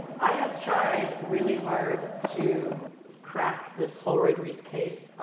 i have tried really hard to crack this holroyd-reece case,